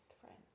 friend